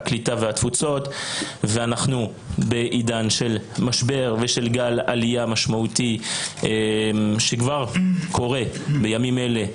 אנחנו בעידן של משבר וגל עלייה משמעותי שכבר קורה בימים אלה מאוקראינה,